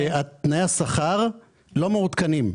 תנאי השכר לא מעודכנים.